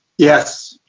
yes!